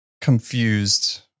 confused